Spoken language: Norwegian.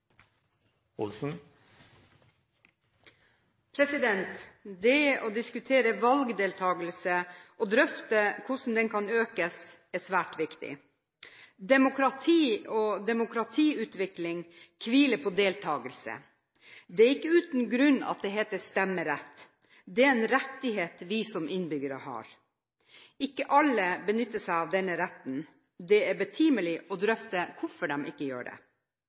val. Det å diskutere valgdeltakelse og drøfte hvordan den kan økes, er svært viktig. Demokrati og demokratiutvikling hviler på deltakelse. Det er ikke uten grunn at det heter «stemmerett». Det er en rettighet vi som innbyggere har. Ikke alle benytter seg av denne retten. Det er betimelig å drøfte hvorfor de ikke gjør det.